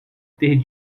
ter